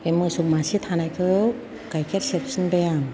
बे मोसौ मासे थानायखौ गाइखेर सेरफिनबाय आं